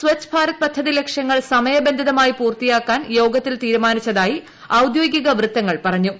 സ്വച്ഛ് ഭാരത് പദ്ധതി ലക്ഷ്യങ്ങൾ സമയബന്ധിതമായി പൂർത്തിയാക്കാൻ യോഗത്തിൽ തീരുമാനിച്ചതായി ഔദ്യോഗിക വൃത്തങ്ങൾ പറഞ്ഞു